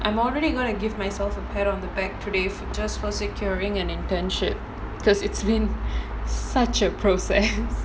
I'm already going to give myself a pat on the back today just for securing an internship because it's been such a process